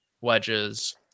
wedges